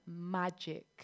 magic